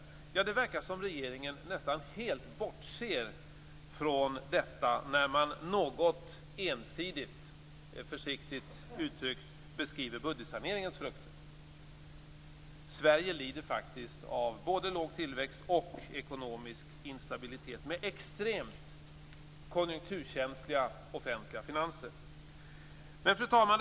Det verkar som om regeringen nästan helt bortser från detta när den något ensidigt - försiktigt uttryckt - beskriver budgetsaneringens frukter. Sverige lider faktiskt av både låg tillväxt och ekonomisk instabilitet med extremt konjunkturkänsliga offentliga finanser. Fru talman!